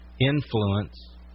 influence